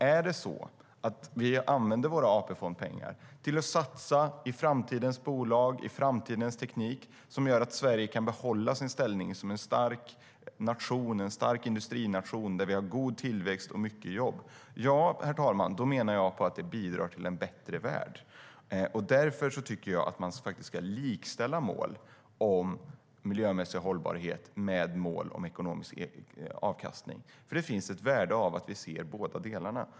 Är det så att vi använder våra AP-fondpengar till att satsa på framtidens bolag och framtidens teknik som gör att Sverige kan behålla sin ställning som en stark industrination med god tillväxt och mycket jobb, då menar jag att det bidrar till en bättre värld. Därför tycker jag att man ska likställa mål om miljömässig hållbarhet med mål om ekonomisk avkastning. Det finns ett värde i att se båda delarna.